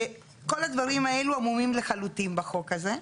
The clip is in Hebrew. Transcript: כל הדברים האלו עמומים לחלוטין בחוק הזה.